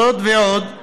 זאת ועוד,